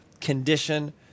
condition